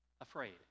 afraid